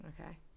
Okay